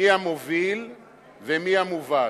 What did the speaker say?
מי המוביל ומי המובל.